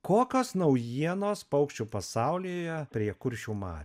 kokios naujienos paukščių pasaulyje prie kuršių marių